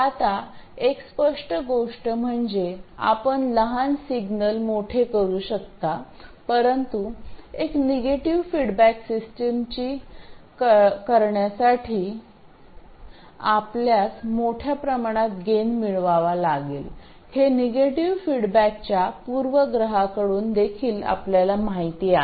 आता एक स्पष्ट गोष्ट म्हणजे आपण लहान सिग्नल मोठे करू शकता परंतु एक निगेटिव्ह फीडबॅक सिस्टीमची करण्यासाठी आपल्यास मोठ्या प्रमाणात गेन मिळवावा लागेल हे निगेटिव्ह फीडबॅकच्या पूर्वग्रहाकडून देखील आपल्याला माहिती आहे